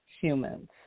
humans